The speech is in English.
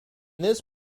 this